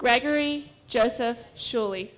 gregory joseph surely